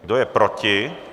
Kdo je proti?